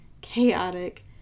chaotic